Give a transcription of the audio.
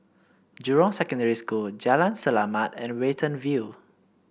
Jurong Secondary School Jalan Selamat and Watten View